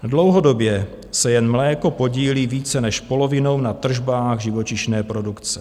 Dlouhodobě se jen mléko podílí více než polovinou na tržbách živočišné produkce.